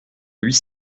huit